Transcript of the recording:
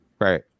Right